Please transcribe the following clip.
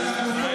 אז אנחנו פה,